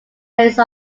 face